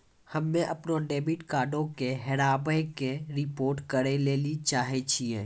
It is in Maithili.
हम्मे अपनो डेबिट कार्डो के हेराबै के रिपोर्ट करै लेली चाहै छियै